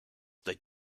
they